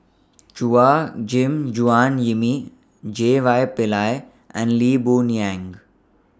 Chua Gim Guan Yimmy J Y Pillay and Lee Boon Yang